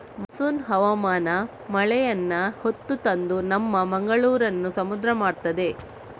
monsoon ಹವಾಮಾನ ಮಳೆಯನ್ನ ಹೊತ್ತು ತಂದು ನಮ್ಮ ಮಂಗಳೂರನ್ನ ಸಮುದ್ರ ಮಾಡ್ತದೆ